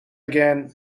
again